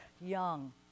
Young